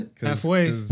Halfway